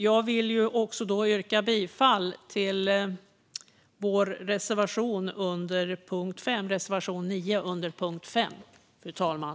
Jag vill yrka bifall till vår reservation 9 under punkt 5, fru talman.